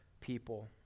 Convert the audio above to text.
people